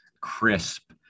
crisp